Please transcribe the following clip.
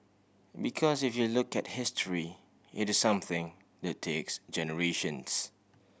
because if you look at history it is something that takes generations